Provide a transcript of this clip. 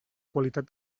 qualitat